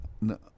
No